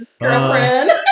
girlfriend